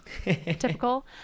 typical